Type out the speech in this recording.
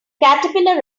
caterpillar